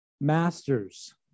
Masters